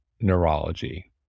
neurology